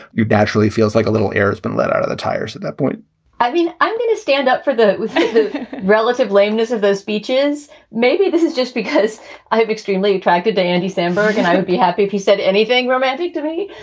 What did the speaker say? you'd naturally feels like a little air's been let out of the tires at that point i mean, i'm going to stand up for the relative lameness of those speeches. maybe this is just because i have extremely attractive day. andy samberg and i would be happy if he said anything romantic to me.